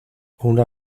una